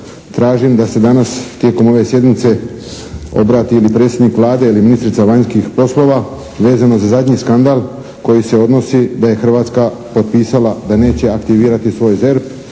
tražim da se danas tijekom ove sjednice obrati ili predsjednik Vlade ili ministrica vanjskih poslova vezano za zadnji skandal koji se odnosi da je Hrvatska potpisala da neće aktivirati svoj «ZERP».